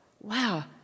wow